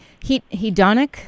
hedonic